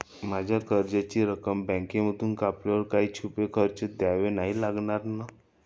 माझ्या कर्जाची रक्कम बँकेमधून कापल्यावर काही छुपे खर्च द्यावे नाही लागणार ना?